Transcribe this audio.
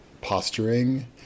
posturing